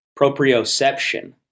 proprioception